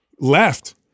left